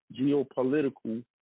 geopolitical